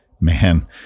man